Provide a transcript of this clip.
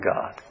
God